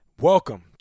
Welcome